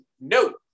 No